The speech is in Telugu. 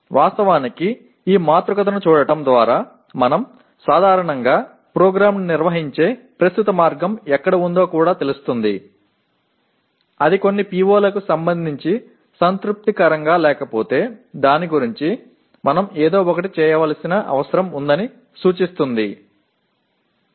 వాస్తవానికి ఈ మాతృకను చూడటం ద్వారా మనం సాధారణంగా ప్రోగ్రాంను నిర్వహించే ప్రస్తుత మార్గం ఎక్కడ ఉందో కూడా తెలుస్తుంది అది కొన్ని PO లకు సంబంధించి సంతృప్తికరంగా లేకపోతే దాని గురించి మనం ఏదో ఒకటి చేయాల్సిన అవసరం ఉందని సూచిస్తుంది